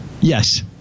Yes